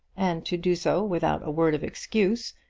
and to do so without a word of excuse,